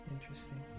Interesting